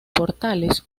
portales